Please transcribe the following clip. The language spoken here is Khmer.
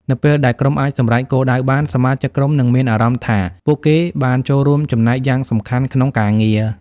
នៅពេលដែលក្រុមអាចសម្រេចគោលដៅបាន សមាជិកក្រុមនឹងមានអារម្មណ៍ថាពួកគេបានចូលរួមចំណែកយ៉ាងសំខាន់ក្នុងការងារ។